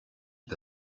est